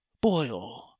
boil